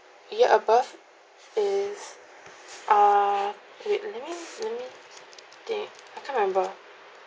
year above is err wait let me let me think I can't remember